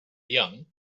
young